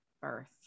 birth